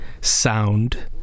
sound